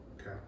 Okay